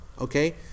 Okay